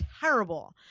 terrible